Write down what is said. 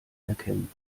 erkennen